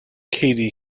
cady